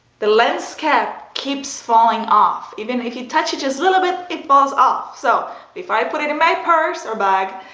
the lens cap keeps falling off. even if you touch it just a little bit, it falls off. so if i put it in my purse or bag,